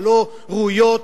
הלא-ראויות,